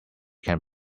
can